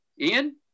Ian